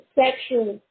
sexual